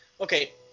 okay